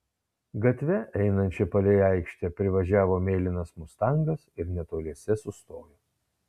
gatve einančia palei aikštę privažiavo mėlynas mustangas ir netoliese sustojo